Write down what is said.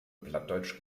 plattdeutsch